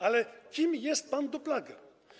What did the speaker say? Ale kim jest pan Duplaga?